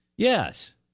Yes